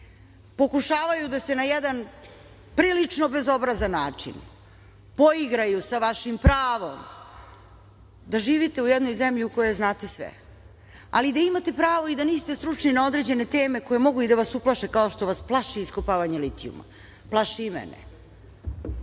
pokušavaju da se na jedan prilično bezobrazan način poigraju sa vašim pravom da živite u jednoj zemlji u kojoj znate sve, ali da imate pravo i da niste stručni na određene teme koje mogu i da vas uplaše, kao što vas plaši iskopavanje litijuma. Plaši i